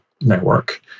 network